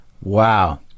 Wow